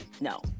no